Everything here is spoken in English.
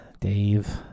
Dave